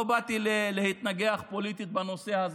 לא באתי להתנגח פוליטית בנושא הזה.